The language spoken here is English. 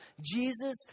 Jesus